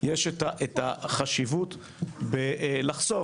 לזה יש החשיבות לחשוף.